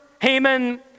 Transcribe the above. Haman